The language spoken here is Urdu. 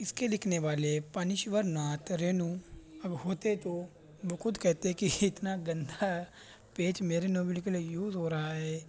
اس کے لکھنے والے پانیشور ناتھ رینو اب ہوتے تو وہ خود کہتے کہ اتنا گندہ پیج میرے ناول کے لیے یوز ہو رہا ہے